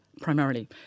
primarily